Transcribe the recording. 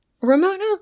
Ramona